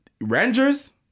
Rangers